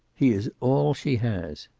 he is all she has.